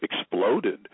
exploded